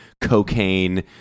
cocaine